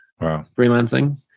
freelancing